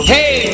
Hey